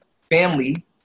family